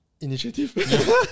initiative